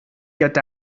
get